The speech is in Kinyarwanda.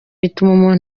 bituma